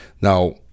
now